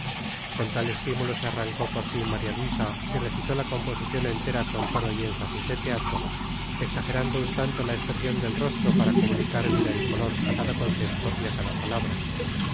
con tal estímulo se arrancó por fin maría luisa y recitó la composición entera con tono y énfasis de teatro exagerando un tanto la expresión del rostro para comunicar vida y color a cada concepto y a cada palabra